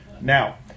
Now